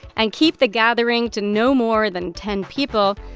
and keep the gathering to no more than ten people.